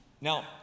Now